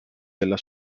della